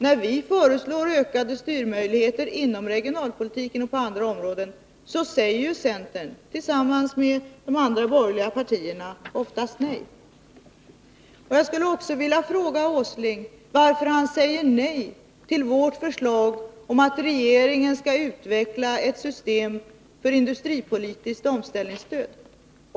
När vi föreslår ökade styrmöjligheter inom regionalpolitiken och på andra områden, säger centern tillsammans med de andra borgerliga partierna oftast nej. Jag skulle också vilja fråga: Varför säger Nils Åsling nej till vårt förslag om att regeringen skall utveckla ett system för industripolitiskt omställningsstöd?